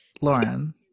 Lauren